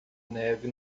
neve